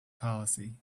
policy